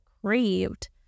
craved